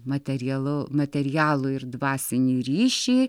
materialo materialų ir dvasinį ryšį